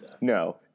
No